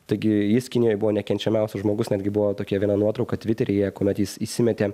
taigi jis kinijoje buvo nekenčiamiausias žmogus netgi buvo tokia viena nuotrauka tviteryje kuomet jis įsimetė